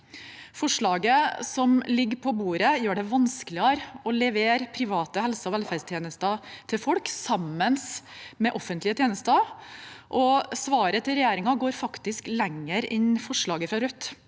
Forslaget som ligger på bordet, gjør det vanskeligere å levere private helseog velferdstjenester til folk sammen med offentlige tjenester, og svaret til regjeringen går faktisk lenger enn forslaget fra Rødt.